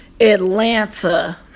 Atlanta